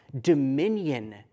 dominion